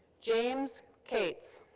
james katze.